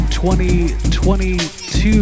2022